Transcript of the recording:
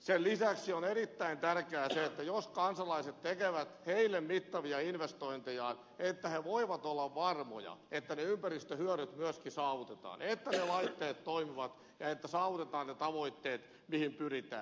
sen lisäksi on erittäin tärkeää se että jos kansalaiset tekevät mittavia investointeja he voivat olla varmoja että ne ympäristöhyödyt myöskin saavutetaan että ne laitteet toimivat ja että saavutetaan ne tavoitteet mihin pyritään